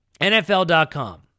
NFL.com